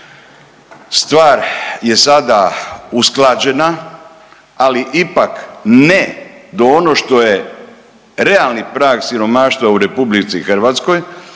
Stvar je sada usklađena, ali opak ne do ono što je realni prag siromaštva u RH, prema tome,